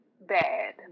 bad